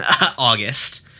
August